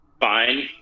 fine